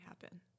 happen